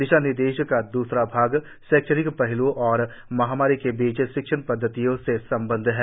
दिशा निर्देशों का द्रसरा भाग शैक्षिक पहल्ओं और महामारी के बीच शिक्षण पद्धतियों से संबद्ध है